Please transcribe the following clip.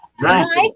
nice